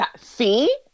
see